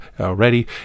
already